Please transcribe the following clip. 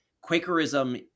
Quakerism